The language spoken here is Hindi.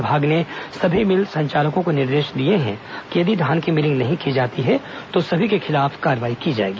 विभाग ने सभी मिल संचालकों को निर्देश दिए हैं कि यदि धान की मिलिंग नहीं की जाएगी तो सभी के खिलाफ कार्रवाई की जाएगी